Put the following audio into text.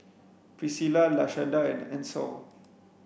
Priscila Lashanda and Ancel